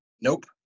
nope